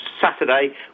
Saturday